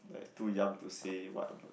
like too young to say what a v~